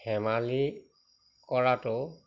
ধেমালি কৰাটো